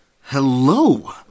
Hello